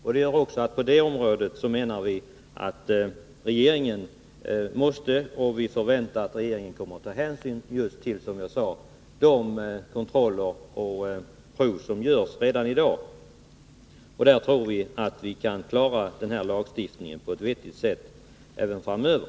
Vi förväntar oss att regeringen kommer att ta hänsyn just till de kontroller och krav som finns redan i dag. Vi tror att vi kan klara lagstiftningen på ett vettigt sätt även framöver.